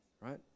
right